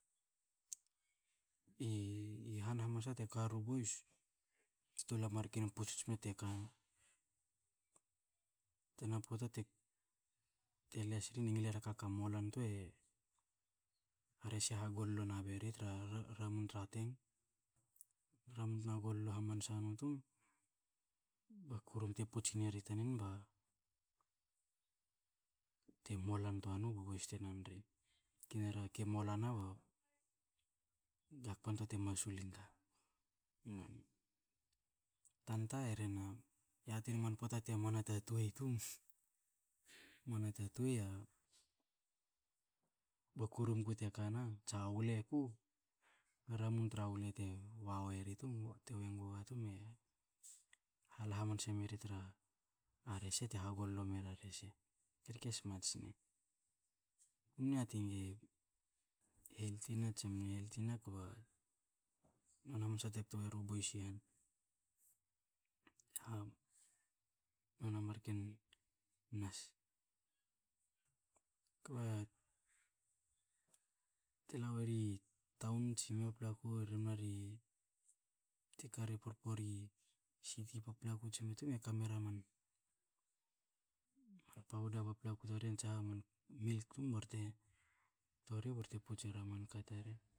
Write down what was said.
i han hamansa te karu boys, tsi tol a marken pots tsipne te kana. Tana pota te les rin e ngilera ka ka mola ntoa, a rese hagolol nabe ri tra ramun tra tank. Ramun tna golol hamsa no tum, ba kurum te pots neri tanan, ba te mola nitoa no bu boys te nan ri, kinera ke mola na baga hakpantua te masul nga. Tanta, e rhena yati enma man pota temne kana ta tuei tum, moa na ta tuei, ba kurum ku te kana tsa wele ku, ramun tra wele te wa e ri tum, te wawa gaga tum, e hala hamansa meri tra rese te ha gollo mera rese, i rke smat sne. Ku mne yati nege helti na tsi mne helti na, kba non hamansa te kto weru boys i han. A nona mar ken nas. Kba te la weri town, tsi me paplaku, rebna ri te kari porpori siti paplaku tsi me tum e kamera man pauda paplaku taren tsa ha man milk tum barte ktori barte pots era manka taren